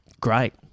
great